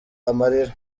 amarira